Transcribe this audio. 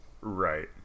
Right